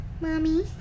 Mommy